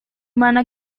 mana